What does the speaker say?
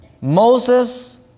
Moses